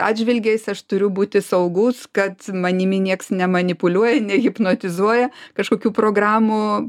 atžvilgiais aš turiu būti saugus kad manimi nieks nemanipuliuoja nehipnotizuoja kažkokių programų